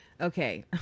Okay